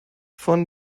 von